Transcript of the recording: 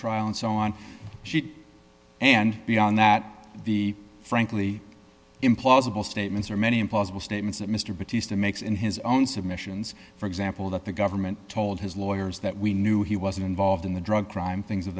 trial and so on and beyond that the frankly implausible statements or many impossible statements that mr battista makes in his own submissions for example that the government told his lawyers that we knew he wasn't involved in the drug crime things of